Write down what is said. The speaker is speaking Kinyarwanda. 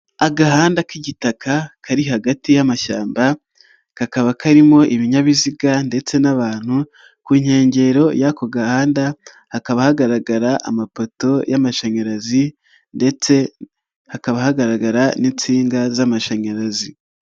Agahanda k'igitaka kari hagati y'amashyamba ka kaba karimo ibinyabiziga ndetse n'abantu ku nkengero y'ako gahanda hakaba hagaragara amapoto y'amashanyarazi ndetse hakaba hagaragara n'insinga z'amashanyarazi.